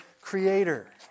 creator